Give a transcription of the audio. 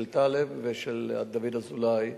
של טלב ושל דוד אזולאי.